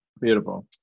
beautiful